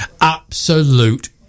Absolute